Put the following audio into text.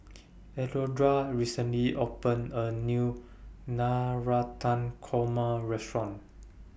Alondra recently opened A New Navratan Korma Restaurant